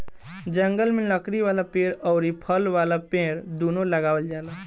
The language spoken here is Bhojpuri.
जंगल में लकड़ी वाला पेड़ अउरी फल वाला पेड़ दूनो लगावल जाला